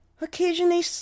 occasionally